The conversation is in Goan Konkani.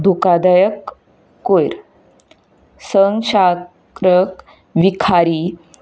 धोखादायक कयर संचारक विखारी